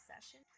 session